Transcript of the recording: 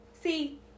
See